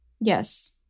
Yes